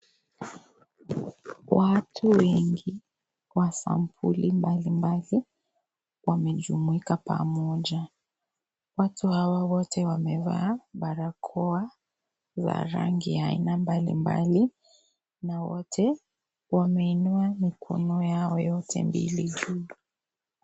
Watu wengi wa sampuli mbali mbali wamejumuika pamoja. Watu hawa wote wamevaa barakoa ya rangi mbali mbali na wote wameinua mikono yao yote mbili juu.